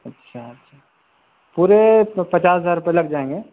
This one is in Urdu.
اچھا اچھا پورے پچاس ہزار روپے لگ جائیں گے